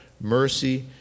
mercy